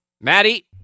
Maddie